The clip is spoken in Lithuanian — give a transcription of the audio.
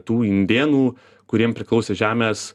tų indėnų kuriem priklausė žemės